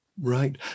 Right